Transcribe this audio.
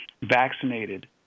vaccinated